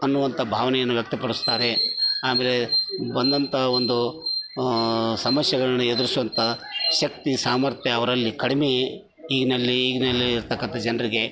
ಅನ್ನುವಂತ ಭಾವನೆಯನ್ನು ವ್ಯಕ್ತ ಪಡಿಸ್ತಾರೆ ಆದರೆ ಬಂದಂತ ಒಂದು ಸಮಸ್ಯೆಗಳ್ನ ಎದರಿಸುವಂತ ಶಕ್ತಿ ಸಾಮರ್ಥ್ಯ ಅವರಲ್ಲಿ ಕಡಿಮೆ ಈಗಿನಲ್ಲಿ ಈಗಿನಲ್ಲಿ ಇರ್ತಕ್ಕಂತ ಜನ್ರಿಗೆ